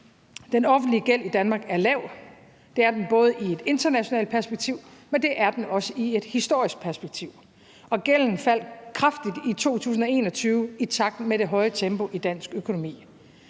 Den offentlige gæld i Danmark er lav. Det er den både i et internationalt perspektiv, men det er den også i et historisk perspektiv, og gælden faldt kraftigt i 2021 i takt med det høje tempo i dansk økonomi.